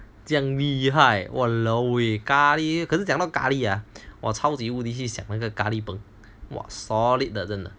这样厉害 !walao! eh 咖喱可是讲到咖喱我超级无力去想那个咖喱 peng solid 的真的